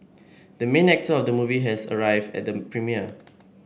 the main actor of the movie has arrived at the premiere